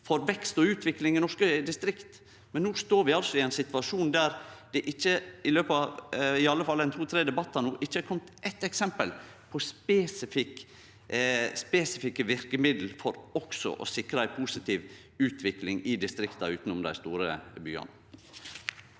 for vekst og utvikling i norske distrikt. Men no står vi altså i ein situasjon der det i løpet av i alle fall ein to–tre debattar ikkje har kome eitt eksempel på spesifikke verkemiddel for også å sikre ei positiv utvikling i distrikta utanom dei store byane.